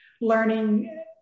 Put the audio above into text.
learning